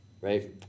Right